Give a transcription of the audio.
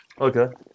okay